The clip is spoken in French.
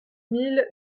mille